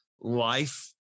life